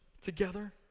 together